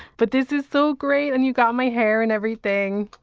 but this is so great. and you got my hair and everything.